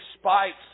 spikes